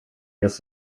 guess